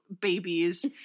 babies